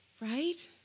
Right